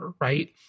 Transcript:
right